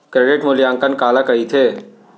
Credit मूल्यांकन काला कहिथे?